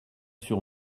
sur